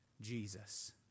Jesus